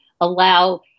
allow